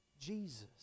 Jesus